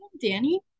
Danny